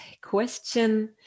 question